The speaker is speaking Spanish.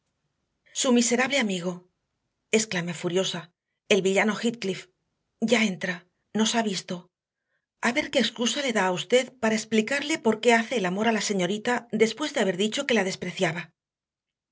su miserable amigo exclamé furiosa el villano heathcliff ya entra nos ha visto a ver qué excusa le da a usted para explicarle por qué hace el amor a la señorita después de haber dicho que la despreciaba